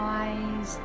eyes